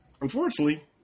unfortunately